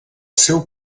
seu